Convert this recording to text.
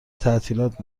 تعطیلات